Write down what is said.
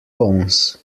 bones